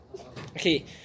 Okay